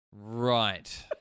Right